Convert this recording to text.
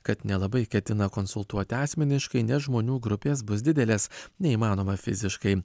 kad nelabai ketina konsultuoti asmeniškai nes žmonių grupės bus didelės neįmanoma fiziškai